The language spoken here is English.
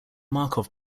markov